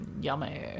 yummy